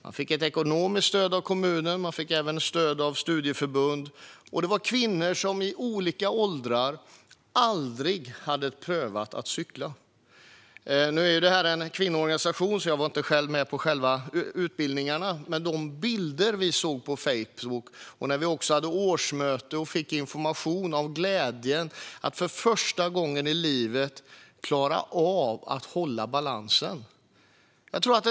Man fick ett ekonomiskt stöd av kommunen och stöd även från studieförbund. Kvinnor i olika åldrar som aldrig hade prövat att cykla deltog i utbildningen. Nu är detta en kvinnoorganisation så jag var inte med under utbildningen, men jag såg bilderna på Facebook. Under årsmötet fick vi information om glädjen att för första gången i livet klara av att hålla balansen med en cykel.